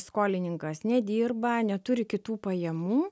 skolininkas nedirba neturi kitų pajamų